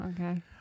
okay